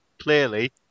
clearly